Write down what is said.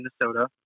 Minnesota